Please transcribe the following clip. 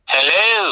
Hello